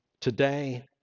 today